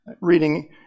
Reading